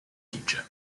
teacher